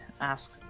ask